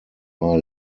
mal